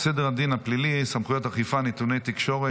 חברת הכנסת צגה מלקו, אינה נוכחת,